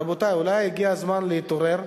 רבותי, אולי הגיע הזמן להתעורר?